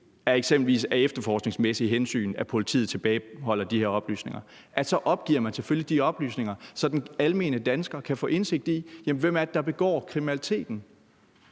af eksempelvis efterforskningsmæssige hensyn, at politiet tilbageholder de her oplysninger, selvfølgelig opgiver de oplysninger, så den almindelige dansker kan få indsigt i, hvem det er, der begår kriminaliteten.